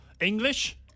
English